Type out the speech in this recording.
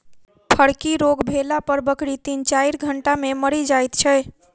फड़की रोग भेला पर बकरी तीन चाइर घंटा मे मरि जाइत छै